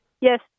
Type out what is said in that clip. yes